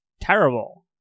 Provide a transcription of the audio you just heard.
terrible